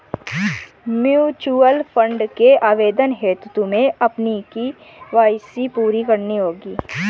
mutual fund के आवेदन हेतु तुम्हें अपनी के.वाई.सी पूरी करनी होगी